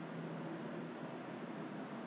okay the thing that I am more concerned is because